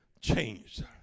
changed